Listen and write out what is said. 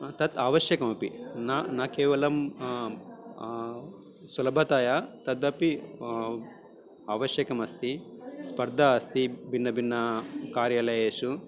तत् अवश्यकमपि न न केवलं सुलथतया तद् अपि आवश्यकमस्ति स्पर्धा अस्ति भिन्नभिन्नकार्यालयेषु